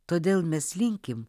todėl mes linkim